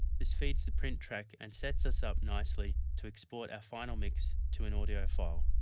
this feeds the print track and sets us up nicely to export our final mix to an audio file.